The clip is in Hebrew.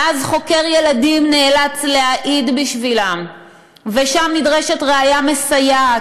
ואז חוקר ילדים נאלץ להעיד בשבילם ושם נדרשת ראיה מסייעת,